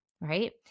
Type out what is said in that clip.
right